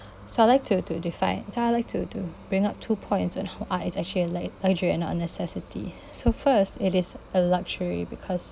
so I'd like to to define so I'd to to bring up two points on ho~ art is actually like a luxury and not a necessity so first it is a luxury because